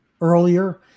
earlier